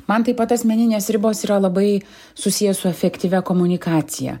man taip pat asmeninės ribos yra labai susiję su efektyvia komunikacija